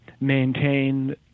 maintain